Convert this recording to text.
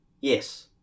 Yes